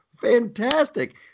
fantastic